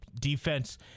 defense